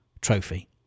trophy